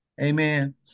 Amen